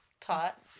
taught